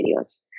videos